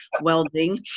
welding